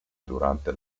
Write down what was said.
durante